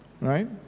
right